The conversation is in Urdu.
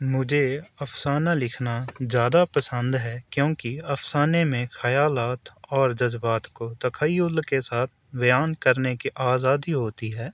مجھے افسانہ لکھنا زیادہ پسند ہے کیونکہ افسانے میں خیالات اور جذبات کو تیخل کے ساتھ بیان کرنے کی آزادی ہوتی ہے